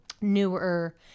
newer